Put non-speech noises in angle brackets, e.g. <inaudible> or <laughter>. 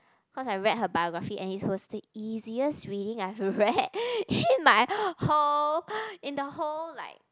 cause I read her biography and it was the easiest reading I've read <laughs> in my whole in the whole like